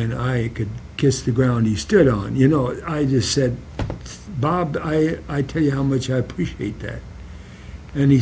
and i could kiss the ground he stood on you know i just said bob guy i tell you how much i appreciate that and he